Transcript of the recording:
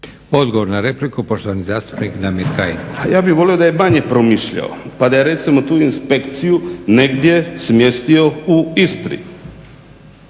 Odgovor na repliku poštovani zastupnik Damir Kajin. **Kajin, Damir (Nezavisni)** A ja bih volio da je manje promišljao pa da je recimo tu inspekciju negdje smjestio u Istri.